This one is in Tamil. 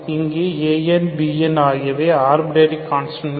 இங்கு ans bns ஆகியவை ஆர்பிட்டரி கான்ஸ்டன்ட்கள்